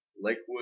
Lakewood